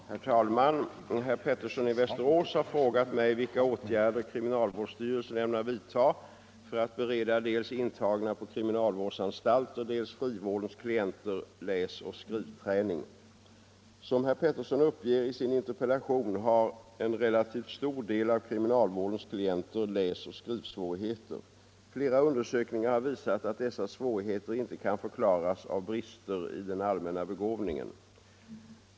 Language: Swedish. lästräning för Herr talman! Herr Pettersson i Västerås har frågat mig vilka åtgärder — intagna m.fl. inom kriminalvårdsstyrelsen ämnar vidtaga för att bereda dels intagna på kri — kriminalvården Som herr Pettersson uppger i sin interpellation har en relativt stor del av kriminalvårdens klienter läsoch skrivsvårigheter. Flera undersökningar har visat att dessa svårigheter inte kan förklaras av brister i den allmänna begåvningen.